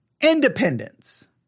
Independence